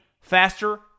faster